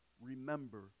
remember